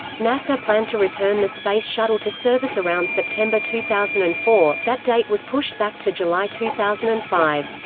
nasa planned to return the space shuttle to service around september two thousand and four that date was pushed back to july two thousand and five.